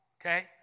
Okay